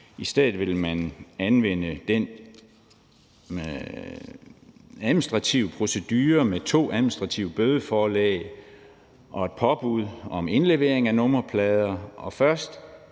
I stedet vil man anvende den administrative procedure med to administrative bødeforelæg og et påbud om indlevering af nummerplader,